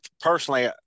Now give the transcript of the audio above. personally